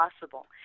possible